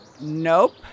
Nope